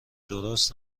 درست